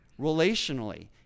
relationally